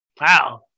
wow